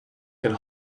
can